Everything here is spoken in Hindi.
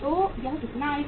तो यह कितना आएगा